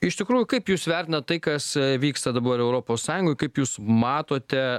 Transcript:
iš tikrųjų kaip jūs vertinate tai kas vyksta dabar europos sąjungoje kaip jūs matote